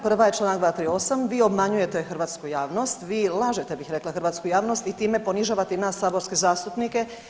Prva je Članak 238., vi obmanjujete hrvatsku javnost, vi lažete ja bih rekla hrvatsku javnosti i time ponižavate i nas saborske zastupnike.